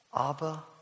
Abba